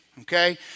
okay